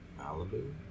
Malibu